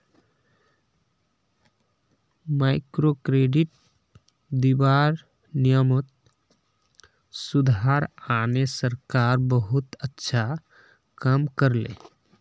microcredit दीबार नियमत सुधार आने सरकार बहुत अच्छा काम कर ले